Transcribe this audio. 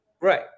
Right